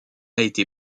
été